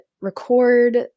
record